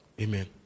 Amen